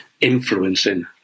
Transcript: Influencing